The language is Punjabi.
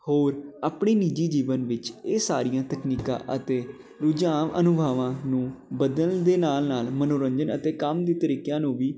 ਹੋਰ ਆਪਣੀ ਨਿੱਜੀ ਜੀਵਨ ਵਿੱਚ ਇਹ ਸਾਰੀਆਂ ਤਕਨੀਕਾਂ ਅਤੇ ਰੁਝਾਨ ਅਨੁਭਾਵਾਂ ਨੂੰ ਬਦਲਣ ਦੇ ਨਾਲ ਨਾਲ ਮਨੋਰੰਜਨ ਅਤੇ ਕੰਮ ਦੇ ਤਰੀਕਿਆ ਨੂੰ ਵੀ